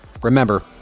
Remember